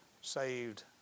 saved